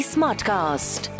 Smartcast